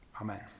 Amen